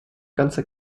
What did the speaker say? ganzer